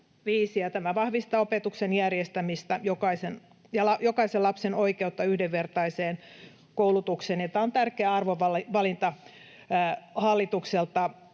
tämä vahvistaa opetuksen järjestämistä ja jokaisen lapsen oikeutta yhdenvertaiseen koulutukseen. Tämä on tärkeä arvovalinta hallitukselta.